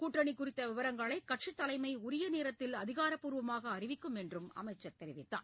கூட்டணி குறித்த விவரங்களை கட்சித் தலைமை உரிய நேரத்தில் அதிகாரப்பூர்வமாக அறிவிக்கும் என்றும் அமைச்சர் தெரிவித்தார்